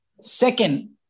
Second